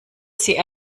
sie